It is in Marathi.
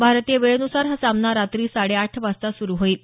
भारतीय वेळेनुसार हा सामना रात्री साडेआठ वाजता सुरू होईल